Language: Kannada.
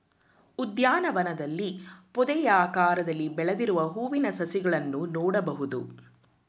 ಉದ್ಯಾನವನದಲ್ಲಿ ಪೊದೆಯಾಕಾರದಲ್ಲಿ ಬೆಳೆದಿರುವ ಹೂವಿನ ಸಸಿಗಳನ್ನು ನೋಡ್ಬೋದು